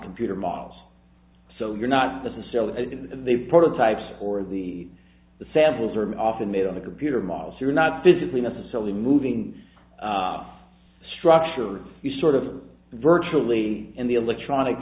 computer models so you're not necessarily the prototypes or the the samples are often made on the computer models you're not physically necessarily moving off structures you sort of virtually in the electronic